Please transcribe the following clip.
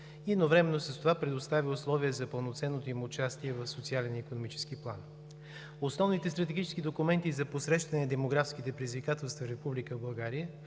едновременно с това предоставя условия за пълноценното им участие в социален и икономически план. Основните стратегически документи за посрещане демографските предизвикателства в